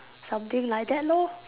something like that lor